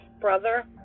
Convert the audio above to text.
brother